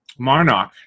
Marnock